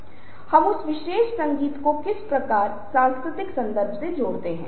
अब हम लिंग सुनते और बोलने पर आते हैं